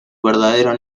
verdadero